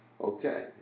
okay